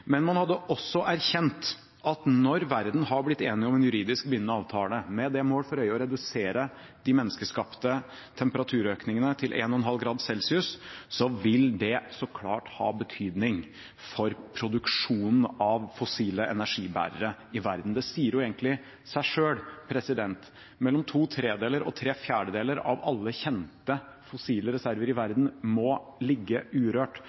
men man hadde også erkjent at når verden har blitt enig om en juridisk bindende avtale med det mål for øye å redusere de menneskeskapte temperaturøkningene til 1,5 grader, vil det så klart ha betydning for produksjonen av fossile energibærere i verden. Det sier seg egentlig selv. Mellom to tredjedeler og tre fjerdedeler av alle kjente fossile reserver i verden må ligge urørt